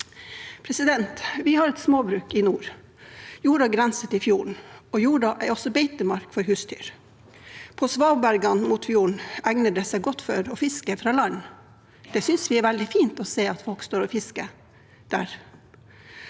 seg. Vi har et småbruk i nord. Jorden grenser til fjorden, og jorden er også beitemark for husdyr. Svabergene mot fjorden egner seg godt for å fiske fra land. Vi synes det er veldig fint å se at folk står og fisker der.